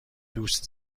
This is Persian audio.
دوست